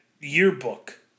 yearbook